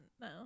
no